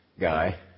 guy